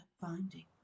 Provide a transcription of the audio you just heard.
finding